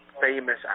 famous